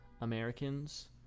Americans